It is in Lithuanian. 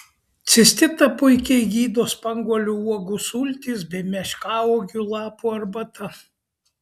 cistitą puikiai gydo spanguolių uogų sultys bei meškauogių lapų arbata